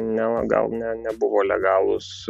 ne gal ne nebuvo legalūs